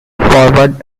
forward